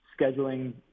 scheduling